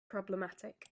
problematic